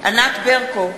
ענת ברקו,